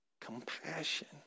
compassion